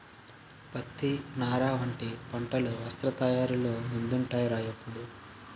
పత్తి, నార వంటి పంటలు వస్త్ర తయారీలో ముందుంటాయ్ రా ఎప్పుడూ